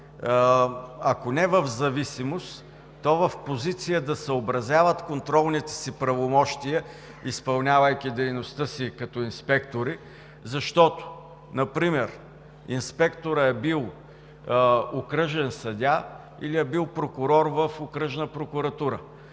ако не в зависимост, то в позиция да съобразяват контролните си правомощия, изпълнявайки дейността си като инспектори, защото например инспекторът е бил окръжен съдия или е бил прокурор в окръжна прокуратура,